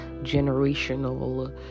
generational